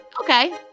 okay